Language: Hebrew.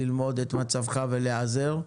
ללמוד את מצבך ולהיעזר.